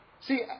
See